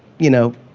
you know,